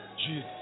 Jesus